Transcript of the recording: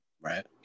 Right